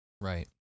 Right